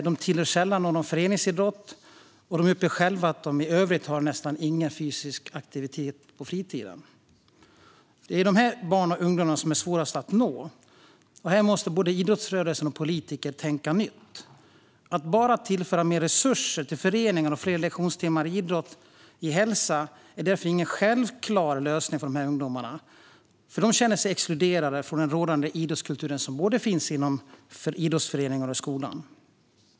De tillhör sällan en föreningsidrott och uppger själva att de i övrigt har knappt någon fysisk aktivitet på fritiden. Dessa barn och ungdomar är svårast att nå. Här måste både idrottsrörelse och politiker tänka nytt. Att bara tillföra mer resurser till föreningar och fler lektionstimmar i idrott och hälsa är ingen självklar lösning för dessa ungdomar eftersom de känner sig exkluderade från rådande idrottskultur inom både idrottsföreningar och skola.